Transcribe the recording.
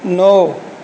ਨੌਂ